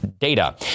Data